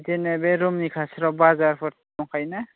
जोंनि बे रुमनि खाथिफ्राव बाजारफोर दंखायो ना